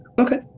Okay